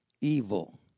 evil